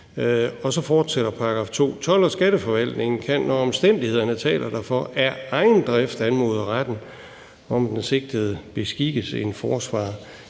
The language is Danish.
Så fortsætter § 2: Told- og skatteforvaltningen kan, når omstændighederne taler for det, af egen drift anmode retten om, at den sigtede beskikkes en forsvarer.